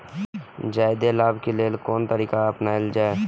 जादे लाभ के लेल कोन तरीका अपनायल जाय?